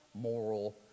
moral